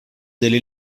delle